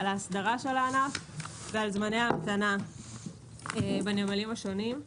על הסדרת הענף וזמני ההמתנה בנמלים השונים.